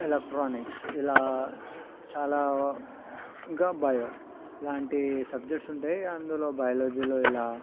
electronics ఇలా చాలా ఇంకా బయో ఇలాంటి సబ్జక్ట్స్ ఉంటాయి అందులో బయాలజీలో ఇలా